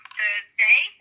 Thursday